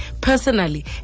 personally